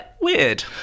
weird